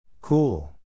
Cool